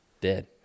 Dead